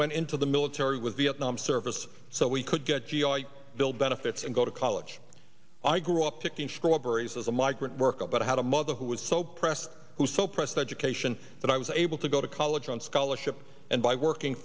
went into the military with vietnam service so we could get g i bill benefits and go to college i grew up picking strawberries as a migrant worker but i had a mother who was so pressed who so pressed education that i was able to go to college on scholarship and by working